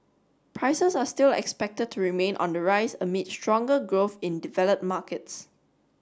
prices are still expected to remain on the rise amid stronger growth in developed markets